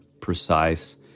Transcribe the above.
precise